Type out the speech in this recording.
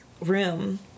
room